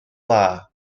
dda